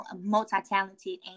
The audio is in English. multi-talented